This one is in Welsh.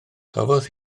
cafodd